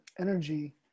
energy